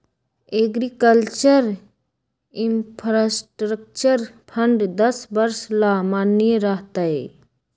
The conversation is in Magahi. एग्रीकल्चर इंफ्रास्ट्रक्चर फंड दस वर्ष ला माननीय रह तय